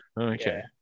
Okay